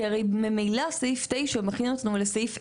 כי ממילא סעיף (9) מכין את עצמו לסעיף (10),